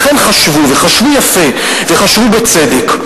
לכן חשבו, וחשבו יפה, וחשבו בצדק,